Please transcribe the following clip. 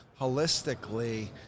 holistically